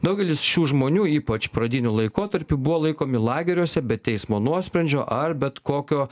daugelis šių žmonių ypač pradiniu laikotarpiu buvo laikomi lageriuose be teismo nuosprendžio ar bet kokio